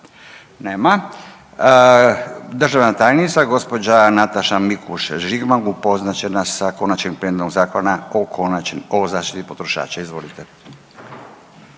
Nema. Državna tajnica, gđa. Nataša Mikuš Žigman upoznat će nas sa konačnim prijedlogom zakona o konačni, o zaštiti potrošača. Izvolite.